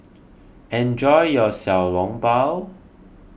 enjoy your Xiao Long Bao